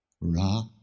Ra